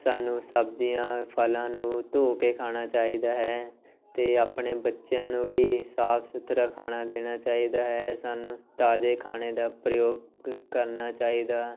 ਸਾਨੂੰ ਸਬਜ਼ੀਆਂ ਫਲਾਂ ਨੂੰ ਧੋ ਕੇ ਖਾਣਾ ਚਾਹੀਦਾ ਹੈ ਅਤੇ ਆਪਣੇ ਬੱਚਿਆਂ ਨੂੰ ਵੀ ਸਾਫ ਸੁਥਰਾ ਖਾਣਾ ਦੇਣਾ ਚਾਹੀਦਾ ਹੈ ਸਾਨੂੰ ਤਾਜ਼ੇ ਖਾਣੇ ਦਾ ਪ੍ਰਯੋਗ ਕਰਨਾ ਚਾਹੀਦਾ